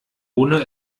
ohne